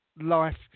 life